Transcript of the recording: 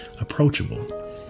approachable